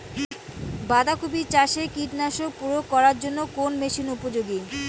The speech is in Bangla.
বাঁধা কপি চাষে কীটনাশক প্রয়োগ করার জন্য কোন মেশিন উপযোগী?